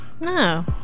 No